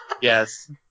Yes